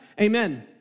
amen